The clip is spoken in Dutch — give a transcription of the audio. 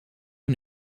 een